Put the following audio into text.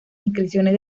inscripciones